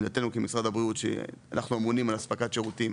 מבחינתו כמשרד הבריאות שאנחנו אמונים על הספקת שירותים